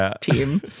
team